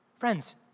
Friends